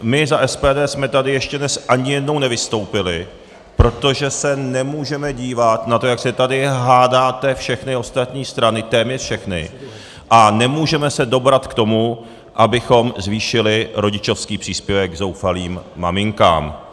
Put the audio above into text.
My za SPD jsme tady ještě dnes ani jednou nevystoupili, protože se nemůžeme dívat na to, jak se tady hádáte všechny ostatní strany, téměř všechny, a nemůžeme se dobrat k tomu, abychom zvýšili rodičovský příspěvek zoufalým maminkám.